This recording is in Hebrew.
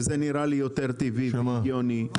זה נראה לי יותר טבעי והגיוני.